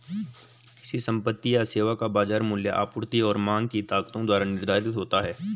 किसी संपत्ति या सेवा का बाजार मूल्य आपूर्ति और मांग की ताकतों द्वारा निर्धारित होता है